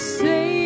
say